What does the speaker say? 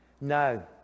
no